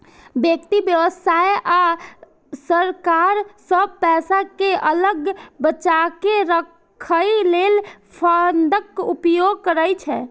व्यक्ति, व्यवसाय आ सरकार सब पैसा कें अलग बचाके राखै लेल फंडक उपयोग करै छै